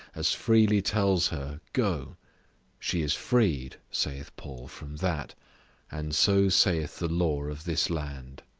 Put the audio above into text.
as freely tells her, go she is freed, saith paul, from that and so saith the law of this land.